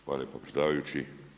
Hvala lijepo predsjedavajući.